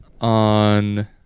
On